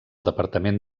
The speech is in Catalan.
departament